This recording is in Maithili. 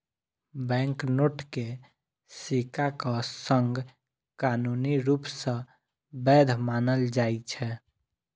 बैंकनोट कें सिक्काक संग कानूनी रूप सं वैध मानल जाइ छै